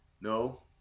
No